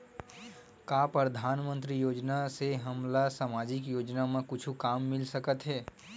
का परधानमंतरी योजना से हमन ला सामजिक योजना मा कुछु काम मिल सकत हे?